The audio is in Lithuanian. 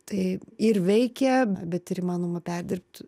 tai ir veikia bet įmanoma perdirbti